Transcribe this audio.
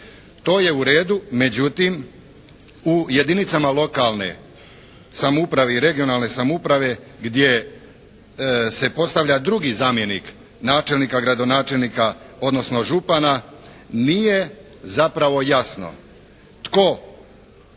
To je u redu. Međutim, u jedinicama lokalne samouprave i regionalne samouprave gdje se postavlja drugi zamjenik načelnika, gradonačelnika, odnosno župana nije zapravo jasno tko